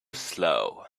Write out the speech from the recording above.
slow